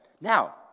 Now